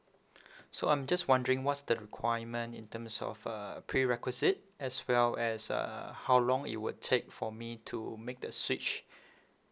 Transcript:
so I'm just wondering what's the requirement in terms of uh prerequisite as well as uh how long it would take for me to make the switch